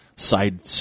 side